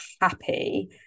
happy